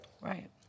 Right